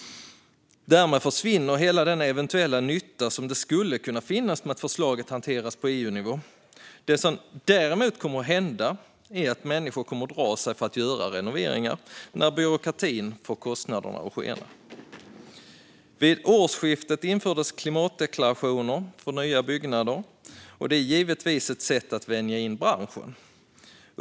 Därmed försvinner hela den eventuella nytta som skulle kunna finnas med att förslaget hanteras på EU-nivå. Det som däremot kommer att hända är att människor drar sig för att göra renoveringar när byråkratin får kostnaderna att skena. Vid årsskiftet infördes klimatdeklarationer för nya byggnader, och det är givetvis ett sätt att vänja in branschen.